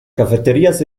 cafeterías